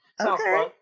Okay